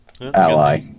ally